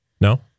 No